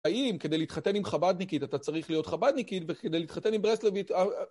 האם כדי להתחתן עם חב"דניקית, אתה צריך להיות חב"דניקי, וכדי להתחתן עם ברסלבית...